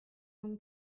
non